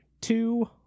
two